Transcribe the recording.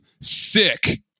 sick